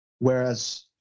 Whereas